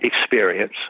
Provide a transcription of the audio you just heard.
experience